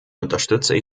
unterstütze